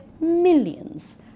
millions